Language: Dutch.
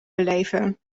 beleven